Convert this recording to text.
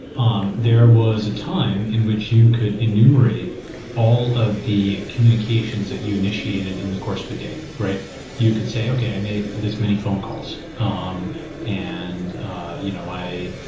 um there was a time in which you could enumerate all of the communications that you initiated in the course of a day. you could say, okay. i made this many phone calls um and you know i